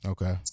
Okay